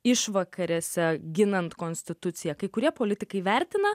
išvakarėse ginant konstituciją kai kurie politikai vertina